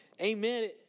Amen